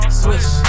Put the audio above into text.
swish